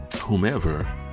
whomever